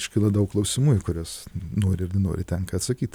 iškyla daug klausimų į kuriuos nori ar nenori tenka atsakyt